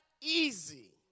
easy